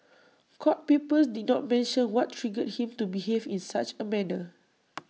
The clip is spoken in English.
court papers did not mention what triggered him to behave in such A manner